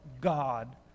God